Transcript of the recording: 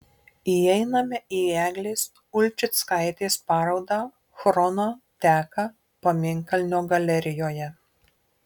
įeiname į eglės ulčickaitės parodą chrono teka pamėnkalnio galerijoje